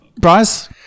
Bryce